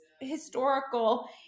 historical